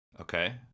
Okay